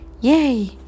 yay